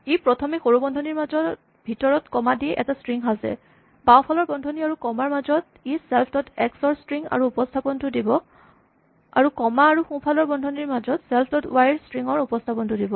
ই প্ৰথমে সৰু বন্ধনীৰ মাজত ভিতৰত কমা দি এটা স্ট্ৰিং সাজে বাওঁফালৰ বন্ধনী আৰু কমা ৰ মাজত ই ছেল্ফ ডট এক্স ৰ স্ট্ৰিং ৰ উপস্হাপনটো দিব আৰু কমা আৰু সোঁফালৰ বন্ধনীৰ মাজত ছেল্ফ ডট ৱাই ৰ স্ট্ৰিং ৰ উপস্হাপনটো দিব